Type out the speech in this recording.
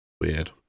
weird